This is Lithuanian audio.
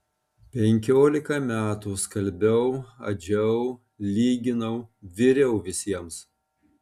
penkiolika metų skalbiau adžiau lyginau viriau visiems